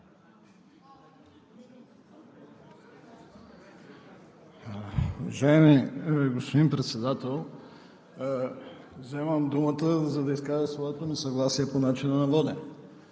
Уважаеми господин Председател, вземам думата, за да изкажа своето несъгласие по начина на водене.